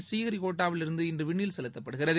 ப்ரீஹரிகோட்டாவில் இருந்து இன்று விண்ணில் செலுத்தப்படுகிறது